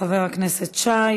תודה רבה, חבר הכנסת שי.